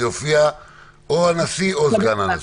יופיע או הנשיא או סגן הנשיא.